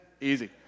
Easy